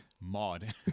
Mod